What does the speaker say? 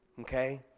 Okay